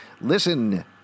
Listen